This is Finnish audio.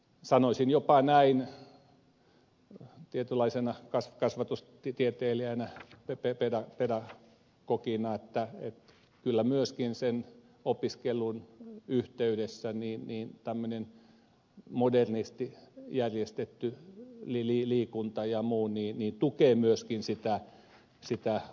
sanoisin jopa näin tietynlaisena kas kas vatusttitieteilijänä ja pepe tapella kasvatustieteilijänä pedagogina että kyllä myöskin opiskelun yhteydessä tämmöinen modernisti järjestetty liikunta ja muu tukevat myös sitä opiskelua